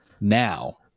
now